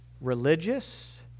religious